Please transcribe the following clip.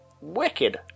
wicked